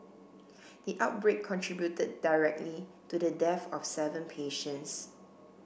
the outbreak contributed directly to the death of seven patients